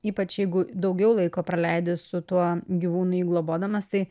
ypač jeigu daugiau laiko praleidi su tuo gyvūnu jį globodamas tai